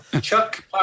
Chuck